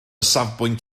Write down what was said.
safbwynt